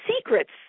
secrets